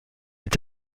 est